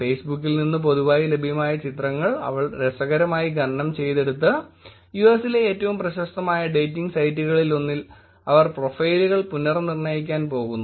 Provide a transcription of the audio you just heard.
ഫേസ്ബുക്കിൽ നിന്ന് പൊതുവായി ലഭ്യമായ ചിത്രങ്ങൾ അവർ രസകരമായി ഖനനം ചെയ്തെടുത്ത് യുഎസിലെ ഏറ്റവും പ്രശസ്തമായ ഡേറ്റിംഗ് സൈറ്റുകളിലൊന്നിൽ അവർ പ്രൊഫൈലുകൾ പുനർനിർണയിക്കാൻ പോകുന്നു